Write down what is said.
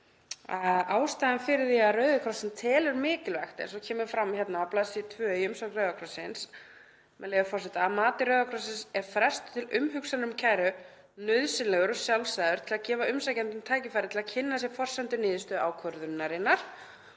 ástæðan fyrir því að Rauði krossinn telur mikilvægt, eins og kemur fram á bls. 2 í umsögn Rauða krossins, með leyfi forseta: „Að mati Rauða krossins er frestur til umhugsunar um kæru nauðsynlegur og sjálfsagður til að gefa umsækjendum tækifæri til að kynna sér forsendur niðurstöðu ákvörðunarinnar